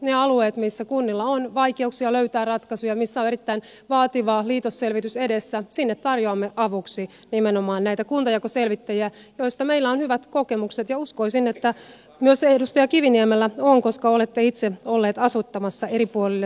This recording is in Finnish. niille alueille missä kunnilla on vaikeuksia löytää ratkaisuja missä on erittäin vaativa liitosselvitys edessä tarjoamme avuksi nimenomaan näitä kuntajakoselvittäjiä joista meillä on hyvät kokemukset ja uskoisin että myös edustaja kiviniemellä on koska olette itse ollut asettamassa eri puolille suomea heitä